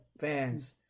fans